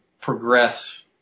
progress